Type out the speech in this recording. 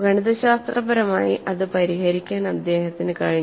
ഗണിതശാസ്ത്രപരമായി അത് പരിഹരിക്കാൻ അദ്ദേഹത്തിന് കഴിഞ്ഞു